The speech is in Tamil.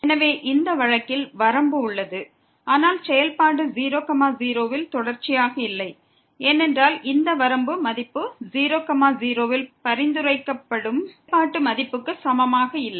எனவே இந்த வழக்கில் வரம்பு உள்ளது ஆனால் செயல்பாடு 0 0 இல் தொடர்ச்சியாக இல்லை ஏனென்றால் இந்த வரம்பு மதிப்பு 0 0 இல் பரிந்துரைக்கப்படும் செயல்பாட்டு மதிப்புக்கு சமமாக இல்லை